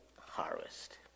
harvest